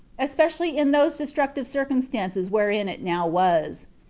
especially in those destructive circumstances wherein it now was.